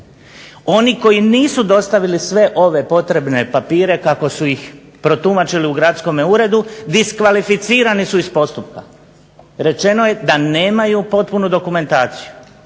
Oni koji nisu dostavili sve ove potrebne papire kako su ih protumačili u gradskome uredu diskvalificirani su iz postupka. Rečeno je da nemaju potpunu dokumentaciju.